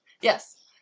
Yes